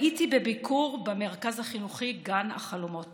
הייתי בביקור במרכז החינוכי גן החלומות